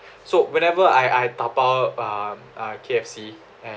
so whenever I I dabao um uh K_F_C and